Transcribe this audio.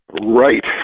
Right